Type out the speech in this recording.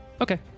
Okay